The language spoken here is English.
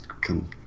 come